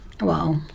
Wow